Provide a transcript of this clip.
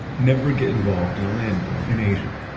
never get involved in a land war in asia,